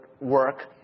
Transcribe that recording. work